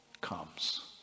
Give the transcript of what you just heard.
comes